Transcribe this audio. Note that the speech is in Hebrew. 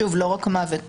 שוב, לא רק מוות.